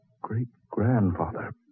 great-grandfather